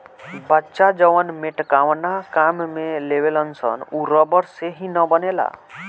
बच्चा जवन मेटकावना काम में लेवेलसन उ रबड़ से ही न बनेला